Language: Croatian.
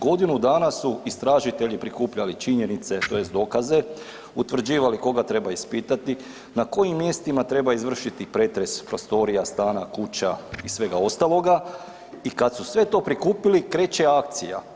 Godinu dana su istražitelji prikupljali činjenice tj. dokaze, utvrđivali koga treba ispitati, na kojim mjestima treba izvršiti pretres prostorija, stana, kuća i svega ostaloga i kada su sve to prikupili kreće akcija.